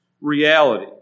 reality